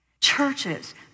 churches